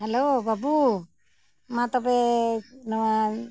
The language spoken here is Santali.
ᱦᱮᱞᱳ ᱵᱟᱵᱩ ᱢᱟ ᱛᱚᱵᱮ ᱱᱚᱣᱟ